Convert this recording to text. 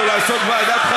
אמת.